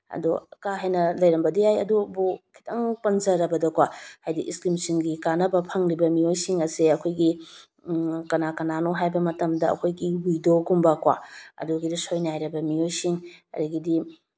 ꯑꯗꯣ ꯀꯥ ꯍꯦꯟꯅ ꯂꯩꯔꯝꯕꯗꯤ ꯌꯥꯏ ꯑꯗꯨꯕꯨ ꯈꯤꯇꯪ ꯄꯟꯖꯔꯕꯗꯀꯣ ꯍꯥꯏꯗꯤ ꯏꯁꯀꯤꯝꯁꯤꯡꯒꯤ ꯀꯥꯟꯅꯕ ꯐꯪꯂꯤꯕ ꯃꯤꯑꯣꯏꯁꯤꯡ ꯑꯁꯦ ꯑꯩꯈꯣꯏꯒꯤ ꯀꯟꯅ ꯀꯥꯟꯅꯅꯣ ꯍꯥꯏꯕ ꯃꯇꯝꯗ ꯑꯩꯈꯣꯏꯒꯤ ꯋꯤꯗꯣꯒꯨꯝꯕꯀꯣ ꯑꯗꯨꯗꯨꯒ ꯁꯣꯏꯅꯥꯏꯔꯕ ꯃꯤꯑꯣꯏꯁꯤꯡ ꯑꯗꯒꯤꯗꯤ